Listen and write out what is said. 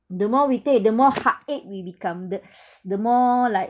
the more we take the more heart ached we become the the more like